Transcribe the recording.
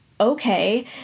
okay